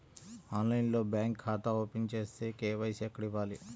ఆన్లైన్లో బ్యాంకు ఖాతా ఓపెన్ చేస్తే, కే.వై.సి ఎక్కడ ఇవ్వాలి?